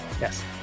yes